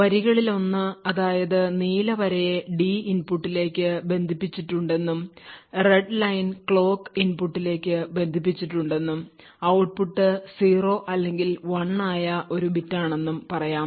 വരികളിലൊന്ന് അതായത് നീല വരയെ ഡി ഇൻപുട്ടിലേക്ക് ബന്ധിപ്പിച്ചിട്ടുണ്ടെന്നും റെഡ് ലൈൻ ക്ലോക്ക് ഇൻപുട്ടിലേക്ക് ബന്ധിപ്പിച്ചിട്ടുണ്ടെന്നും ഔട്ട്പുട്ട് 0 അല്ലെങ്കിൽ 1 ആയ ഒരു ബിറ്റ് ആണെന്നും പറയാം